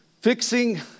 Fixing